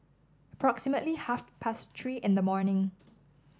approximately half past Three in the morning